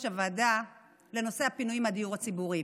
הוועדה לנושא הפינוי מהדיור הציבורי.